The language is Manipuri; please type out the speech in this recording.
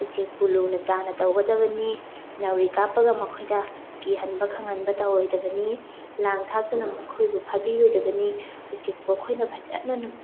ꯎꯆꯦꯛꯄꯨ ꯂꯨꯅ ꯆꯥꯟꯅ ꯇꯧꯒꯗꯕꯅꯤ ꯅꯥꯎꯔꯤ ꯀꯥꯞꯄꯒ ꯃꯈꯣꯏꯗ ꯀꯤꯍꯟꯕ ꯈꯪꯍꯟꯕ ꯇꯧꯔꯣꯏꯗꯕꯅꯤ ꯂꯥꯡ ꯊꯥꯛꯇꯨꯅ ꯃꯈꯣꯏꯕꯨ ꯐꯥꯕꯤꯔꯣꯏꯗꯕꯅꯤ ꯎꯆꯦꯛꯄꯨ ꯑꯩꯈꯣꯏꯅ ꯐꯖꯅ